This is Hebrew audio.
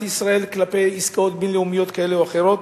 ישראל כלפי עסקאות בין-לאומיות כאלה או אחרות,